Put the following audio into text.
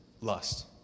lust